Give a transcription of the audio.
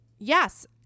Yes